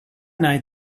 night